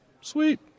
sweet